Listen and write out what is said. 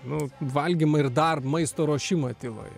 nu valgymą ir dar maisto ruošimą tyloje